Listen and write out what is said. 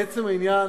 לעצם העניין,